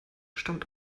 stammt